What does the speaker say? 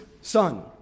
son